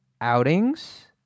outings